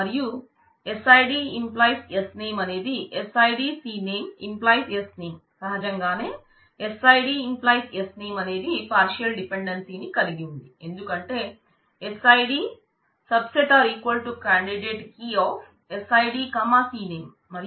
మరియు SID → Sname అనేది ని కలిగి ఉంది ఎందుకంటే SID candidate key SIDCname